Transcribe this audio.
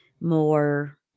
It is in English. more